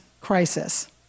crisis